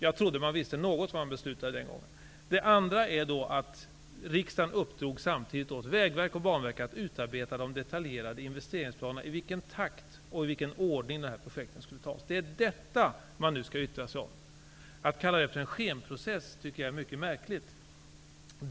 Jag trodde att man visste något om vad man beslutade om den gången. Banverket att utarbeta detaljerade investeringsplaner, bestämma i vilken takt och i vilken ordning projekten skulle genomföras. Detta skall man nu yttra sig över. Att kalla det för en skenprocess tycker jag är mycket märkligt.